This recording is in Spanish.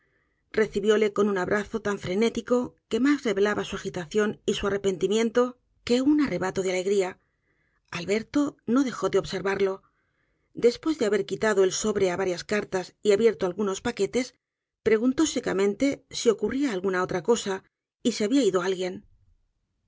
llorado recibióle con un abrazo tan frenético que mas revelaba su agitación y su arrepentimiento que un arrebato de alegría alberto no dejó de observarlo después de haber quitado el sobre á varías cartas y abierto algunos paquetes preguntó secamente si ocurría alguna otra c o s e y si habia ido alguien